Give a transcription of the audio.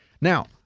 Now